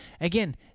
Again